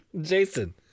Jason